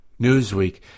Newsweek